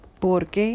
Porque